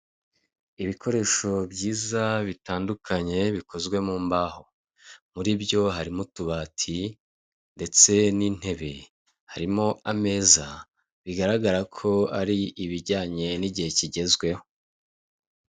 Ibikoresho byiza bitandukanye, bikozwe mu mbaho. Muri byo harimo utubati ndetse n'intebe. Harimo ameza, bigaragara ko ari ibijyanye n'igihe kigezweho.